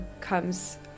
comes